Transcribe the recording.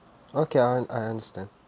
okay I und~ I understand